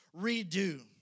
redo